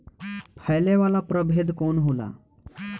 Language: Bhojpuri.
फैले वाला प्रभेद कौन होला?